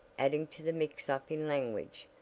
adding to the mix-up in language,